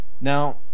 Now